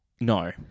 No